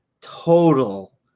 total